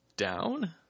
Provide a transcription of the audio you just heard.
Down